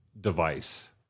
device